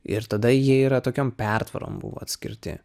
ir tada jie yra tokiom pertvarom buvo atskirti